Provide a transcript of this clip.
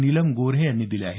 नीलम गोऱ्हे यांनी दिले आहेत